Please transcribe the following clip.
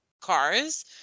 cars